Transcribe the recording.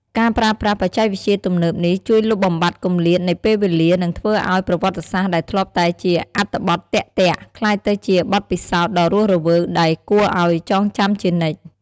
ការប្រើប្រាស់បច្ចេកវិទ្យាទំនើបនេះ ជួយលុបបំបាត់គម្លាតនៃពេលវេលា និងធ្វើឲ្យប្រវត្តិសាស្ត្រដែលធ្លាប់តែជាអត្ថបទទាក់ៗ ក្លាយទៅជាបទពិសោធន៍ដ៏រស់រវើក ដែលគួរឲ្យចងចាំជានិច្ច។